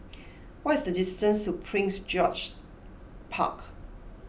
what is the distance to Prince George's Park